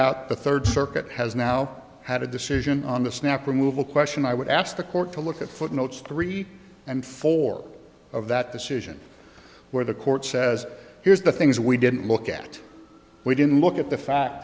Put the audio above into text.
out the third circuit has now had a decision on the snap removal question i would ask the court to look at footnotes three and four of that decision where the court says here's the things we didn't look at we didn't look at the fact